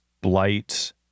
blight